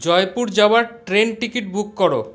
জয়পুুর যাওয়ার train ticket book করো